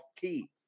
key